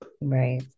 Right